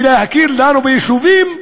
ולהכיר לנו ביישובים,